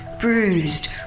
bruised